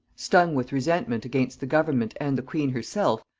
stung with resentment against the government and the queen herself,